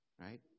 right